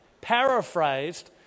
Paraphrased